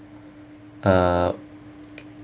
uh